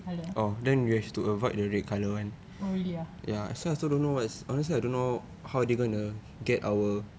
colour oh really ah